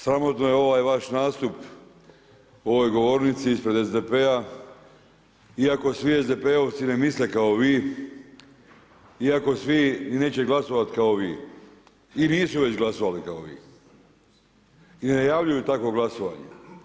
Sramotan je ovaj vaš nastup u ovoj govornici ispred SDP-a iako svi SDP-ovci ne misle kao vi iako svi i neće glasovati kao vi i nisu već glasovali kao vi i najavljuju takvo glasovanje.